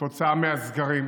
כתוצאה מהסגרים,